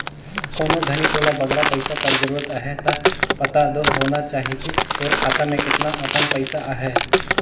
कोनो घनी तोला बगरा पइसा कर जरूरत अहे ता पता दो होना चाही कि तोर खाता में केतना अकन पइसा अहे